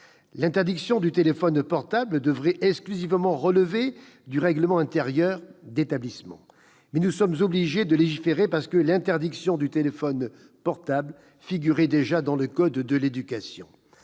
L'interdiction du téléphone portable devrait exclusivement relever du règlement intérieur de l'établissement. Mais nous sommes obligés de légiférer parce que l'interdiction du téléphone portable figurait déjà dans le code de l'éducation.